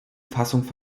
fassungen